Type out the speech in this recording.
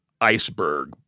iceberg